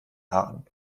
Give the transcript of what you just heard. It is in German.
haaren